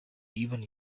even